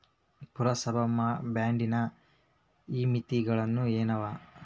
ಪುರಸಭಾ ಬಾಂಡಿನ ಇತಿಮಿತಿಗಳು ಏನವ?